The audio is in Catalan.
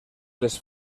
les